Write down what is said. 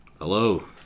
Hello